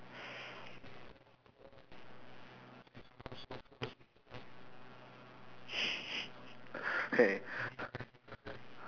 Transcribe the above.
!hey!